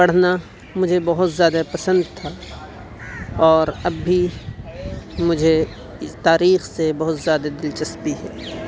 پڑھنا مجھے بہت زیادہ پسند تھا اور اب بھی مجھے اس تاریخ سے بہت زیادہ دلچسپی ہے